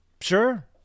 Sure